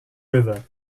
river